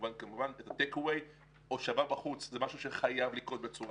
לקבל את ההכרה האמיתית ביכולת שלנו לעבוד בצורה